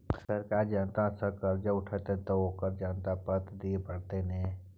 सरकार जनता सँ करजा उठेतनि तँ ओकरा जमानत पत्र दिअ पड़तै ने